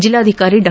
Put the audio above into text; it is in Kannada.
ಜೆಲ್ಲಾಧಿಕಾರಿ ಡಾ